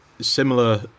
similar